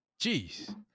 Jeez